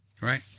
Right